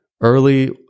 Early